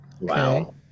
Wow